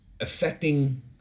affecting